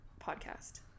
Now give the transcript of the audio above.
podcast